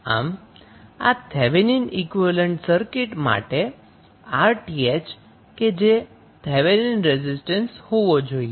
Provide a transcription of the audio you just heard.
આમ આ Thevenin equivalent circuit માટે 𝑅𝑇ℎ કે જે થેવેનિન રેઝિસ્ટન્સ હોવો જોઈએ